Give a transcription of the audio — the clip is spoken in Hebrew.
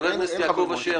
חבר הכנסת יעקב אשר.